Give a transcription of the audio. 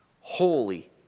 holy